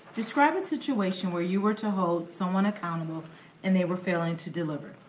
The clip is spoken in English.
describe a situation where you were to hold someone accountable and they were failing to deliver.